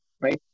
right